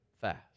fast